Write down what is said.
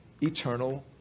Eternal